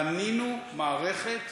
בנינו מערכת